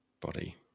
body